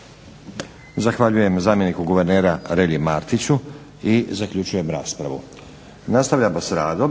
Zahvaljujem zamjeniku guvernera Relji Martiću i zaključujem raspravu. **Leko, Josip